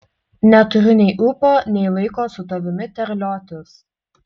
neturiu nei ūpo nei laiko su tavimi terliotis